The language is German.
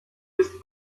ist